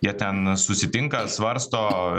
jie ten susitinka svarsto